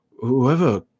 Whoever